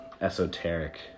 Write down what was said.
esoteric